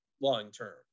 long-term